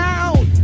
out